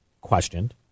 questioned